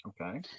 Okay